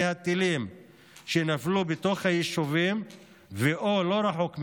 הטילים שנפלו בתוך היישובים או לא רחוק מהם,